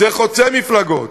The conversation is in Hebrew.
זה חוצה מפלגות.